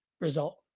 result